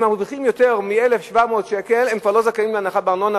אם הם מרוויחים יותר מ-1,700 שקל הם כבר לא זכאים להנחה בארנונה,